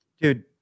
Dude